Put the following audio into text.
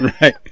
Right